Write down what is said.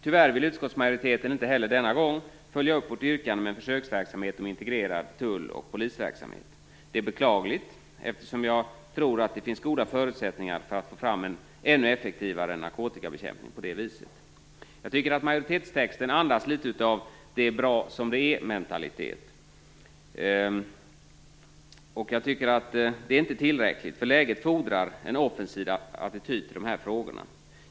Tyvärr vill utskottsmajoriteten inte heller denna gång följa upp vårt yrkande om en försöksverksamhet med integrerad tull och polisverksamhet. Det är beklagligt, eftersom jag tror att det finns goda förutsättningar för att få fram en ännu effektivare narkotikabekämpning på det viset. Majoritetstexten andas litet av det-är-bra-som-detär-mentalitet. Jag tycker inte att det är tillräckligt. Läget fordrar en offensiv attityd till dessa frågor.